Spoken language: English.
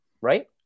Right